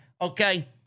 okay